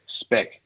spec